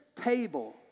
table